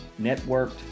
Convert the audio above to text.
networked